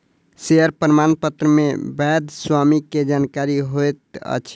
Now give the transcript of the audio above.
share प्रमाणपत्र मे वैध स्वामी के जानकारी होइत अछि